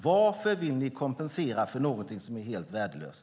Varför vill ni kompensera för något som är helt värdelöst?